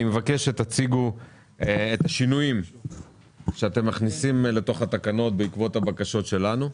אני מבקש שתציגו את השינויים שאתם מכניסים לתקנות בעקבות הבקשות שלנו,